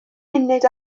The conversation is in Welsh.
munud